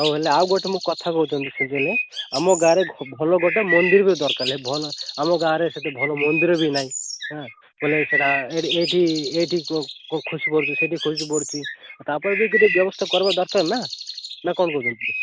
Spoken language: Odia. ହଉ ହେଲେ ଆଉ ଗୋଟେ ମୁଁ କଥା କହୁଛନ୍ତି ସେମିତି ହେଲେ ଆମ ଗାଁ ରେ ଭଲ ଗୋଟେ ମନ୍ଦିର ବି ଦରକାର ଭଲ ଆମ ଗାଁ ରେ ସେତେ ଭଲ ମନ୍ଦିର ବି ନାଇଁ ବୋଲେ ସେଇଟା ଏଇଠି ଏଇଠି ଖୁସି ପଡୁଛି ସେଇଠି ଖୁସି ପଡୁଛି ତାପରେ ବି ଗୁଟେ ଵ୍ୟବସ୍ଥା କରିବା ଦରକାର ନା ନା କଣ କହୁଛନ୍ତି